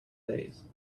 days